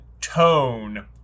tone